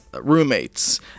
roommates